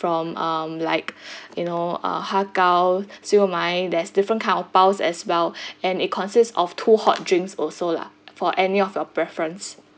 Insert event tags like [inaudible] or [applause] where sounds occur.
from um like [breath] you know a har gow siew mai there's different kind of baos as well [breath] and it consists of two hot drinks also lah for any of your preference